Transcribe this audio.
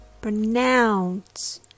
pronounce